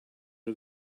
are